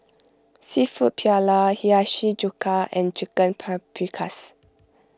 Seafood Paella Hiyashi Chuka and Chicken Paprikas